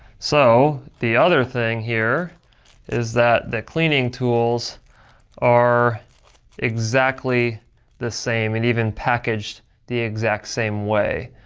so, the other thing here is that the cleaning tools are exactly the same, and even packaged the exact same way.